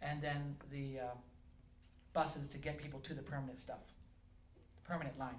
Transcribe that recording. and then the buses to get people to the permanent stuff permanent life